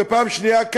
ופעם שנייה,